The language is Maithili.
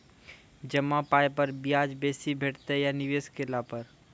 जमा पाय पर ब्याज बेसी भेटतै या निवेश केला पर?